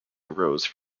arose